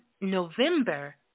November